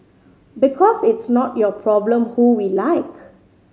because it's not your problem who we like